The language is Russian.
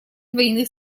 двойных